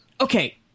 okay